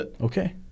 Okay